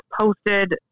posted